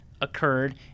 occurred